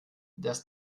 dass